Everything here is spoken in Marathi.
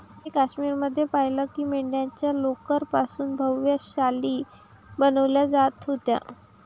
मी काश्मीर मध्ये पाहिलं की मेंढ्यांच्या लोकर पासून भव्य शाली बनवल्या जात होत्या